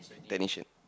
technician